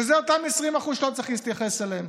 וזה אותם 20% שאתה צריך להתייחס אליהם.